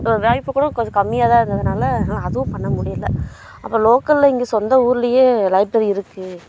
ஒரு வாய்ப்பு கூட கொஞ்சம் கம்மியாக தான் இருந்ததுனால் ஆனால் அதுவும் பண்ண முடியலை அப்பறம் லோக்கலில் இங்கே சொந்த ஊர்லேயே லைப்ரரி இருக்குது